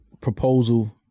proposal